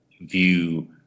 view